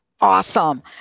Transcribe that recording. Awesome